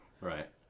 Right